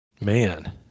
man